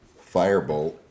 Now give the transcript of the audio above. Firebolt